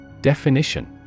Definition